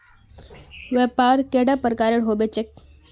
व्यापार कैडा प्रकारेर होबे चेक?